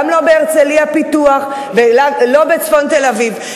גם לא בהרצלייה-פיתוח ולא בצפון תל-אביב.